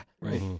Right